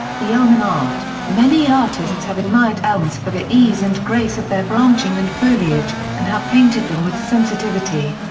the elm in art many artists have admired elms for the ease and grace of their branching and foliage, and have painted them with sensitivity.